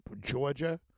Georgia